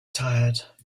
tired